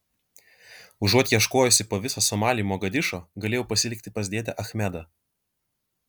užuot ieškojusi po visą somalį mogadišo galėjau pasilikti pas dėdę achmedą